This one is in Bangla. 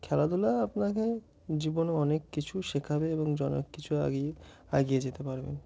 খেলাধুলা আপনাকে জীবনে অনেক কিছু শেখাবে এবং জ অনেক কিছু এগিয়ে এগিয়ে যেতে পারবেন